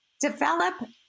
Develop